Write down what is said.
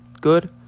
good